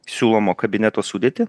siūlomo kabineto sudėtį